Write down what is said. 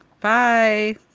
Bye